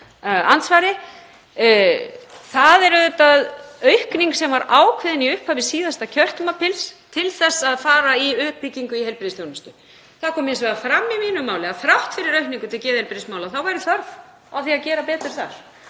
er auðvitað aukning sem var ákveðin í upphafi síðasta kjörtímabils til að fara í uppbyggingu í heilbrigðisþjónustu. Það kom hins vegar fram í mínu máli að þrátt fyrir aukningu til geðheilbrigðismála væri þörf á að gera betur þar.